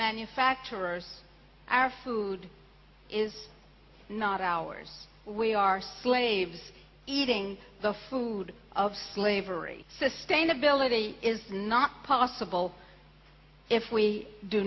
manufacturers our food is not ours we are slaves eating the food of slavery sustainability is not possible if we do